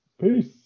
Peace